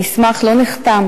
המסמך לא נחתם